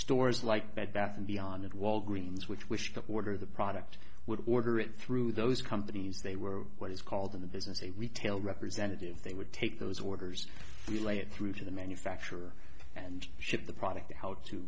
stores like bed bath and beyond walgreens which wish to order the product would order it through those companies they were what is called in the business a retail representative they would take those orders relayed through to the manufacturer and ship the product how to